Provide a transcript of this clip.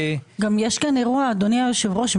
יש כאן אירוע, אדוני היושב ראש.